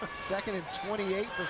second and twenty eight,